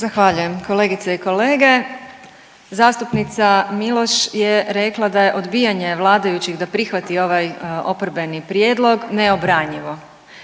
Zahvaljujem. Kolegice i kolege. Zastupnica Miloš je rekla da je odbijanje vladajućih da prihvati ovaj oporbeni prijedloge neobranjivo,